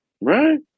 Right